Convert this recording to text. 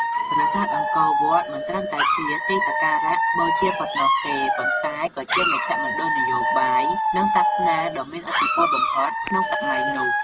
ប្រាសាទអង្គរវត្តមិនត្រឹមតែជាទីសក្ការៈបូជាប៉ុណ្ណោះទេ ប៉ុន្តែក៏ជាមជ្ឈមណ្ឌលនយោបាយ និងសាសនាដ៏មានឥទ្ធិពលបំផុតក្នុងសម័យនោះ។